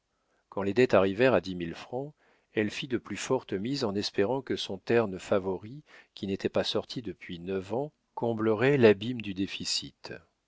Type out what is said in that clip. quand les dettes arrivèrent à dix mille francs elle fit de plus fortes mises en espérant que son terne favori qui n'était pas sorti depuis neuf ans comblerait l'abîme du déficit